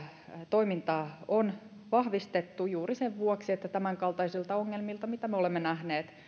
toimintaa on vahvistettu juuri sen vuoksi että tämänkaltaisilta ongelmilta mitä me olemme nähneet